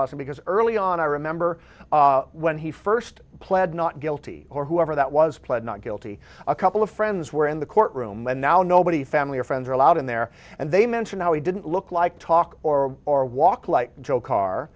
about that because early on i remember when he first pled not guilty or whoever that was pled not guilty a couple of friends were in the courtroom and now nobody family or friends are allowed in there and they mention how he didn't look like talk or walk like